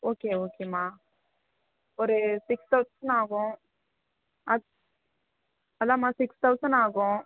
okay ஓகேம்மா ஒரு six thousand ஆகும் அத் அதாம்மா சிக்ஸ் தௌசண்ட் ஆகும்